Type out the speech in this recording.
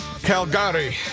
Calgary